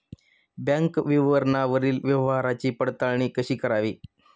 Bank विवरणावरील व्यवहाराची पडताळणी कशी करावी?